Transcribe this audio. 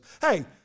hey